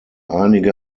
einige